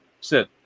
Sit